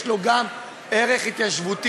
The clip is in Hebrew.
יש לו גם ערך התיישבותי.